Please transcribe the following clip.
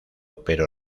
pero